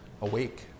awake